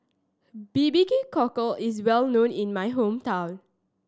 B B Q Cockle is well known in my hometown